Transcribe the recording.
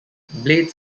blades